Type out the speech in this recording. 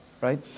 right